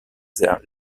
their